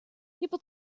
people